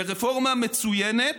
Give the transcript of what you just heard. "לרפורמה מצוינת,